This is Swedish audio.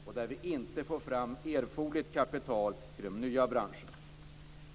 Nu får man inte fram erforderligt kapital till de nya branscherna.